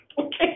Okay